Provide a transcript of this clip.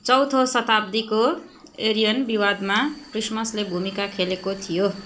चौथो शताब्दीको एरियन विवादमा क्रिसमसले भूमिका खेलेको थियो